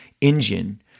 engine